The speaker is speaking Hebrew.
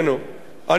אנחנו מקווים,